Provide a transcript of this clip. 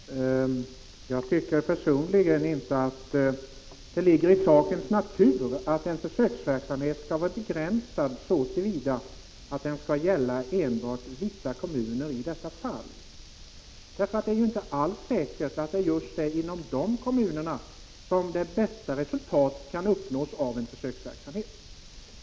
Herr talman! Jag tycker personligen inte att det ligger i sakens natur att en försöksverksamhet skall vara begränsad så till vida att den skall gälla enbart vissa kommuner. Det är ju inte alls säkert att det bästa resultatet av en försöksverksamhet kan uppnås just inom dessa kommuner.